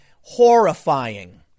horrifying